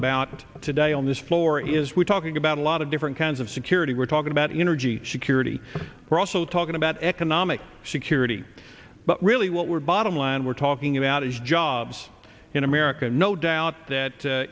about today on this floor is we're talking about a lot of different kinds of security we're talking about energy security we're also talking about economic security but really what we're bottom line we're talking about is jobs in america no doubt that